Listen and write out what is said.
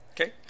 Okay